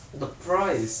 the price